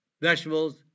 vegetables